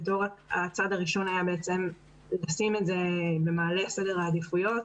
הצעד הראשון היה לשים את זה במעלה סדר העדיפויות,